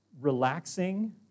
relaxing